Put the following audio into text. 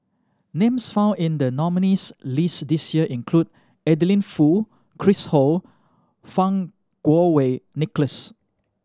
names found in the nominees' list this year include Adeline Foo Chris Ho Fang Kuo Wei Nicholas